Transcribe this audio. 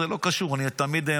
זה לא קשור למחיר,